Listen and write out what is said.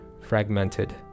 fragmented